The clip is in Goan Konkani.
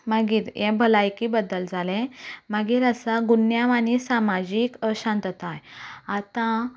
मागीर हें भलायकी बद्दल जालें मागीर आसा गुन्यांव आनी सामाजीक अशांतताय आतां